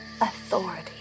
authority